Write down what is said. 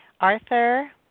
Arthur